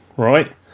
Right